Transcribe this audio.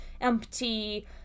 empty